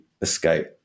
escape